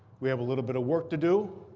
we have a little bit of work to do.